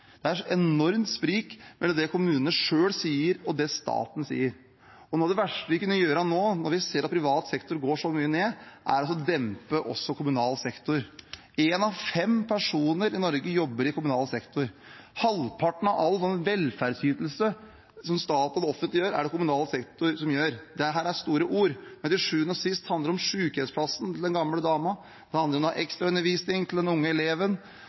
Det er enormt sprik mellom det kommunene selv sier, og det staten sier, og noe av det verste vi kan gjøre nå når vi ser at det går så mye ned i privat sektor, er å dempe også kommunal sektor. Én av fem personer i Norge jobber i kommunal sektor. Halvparten av all velferdsytelse fra staten og det offentlige er det kommunal sektor som yter. Dette er store ord, men til sjuende og sist handler det om sykehjemsplassen til den gamle dama, det handler om ekstraundervisning til den unge eleven,